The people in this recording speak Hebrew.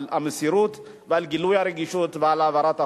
על המסירות ועל גילוי הרגישות ועל העברת החוק.